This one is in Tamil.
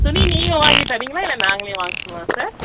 துணி நீங்கள் வாங்கி தரீங்களா இல்லை நாங்களே வாங்கிக்கணுமா சார்